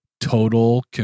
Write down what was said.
total